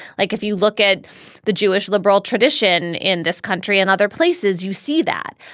like if you look at the jewish liberal tradition in this country and other places, you see that.